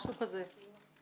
משהו כזה,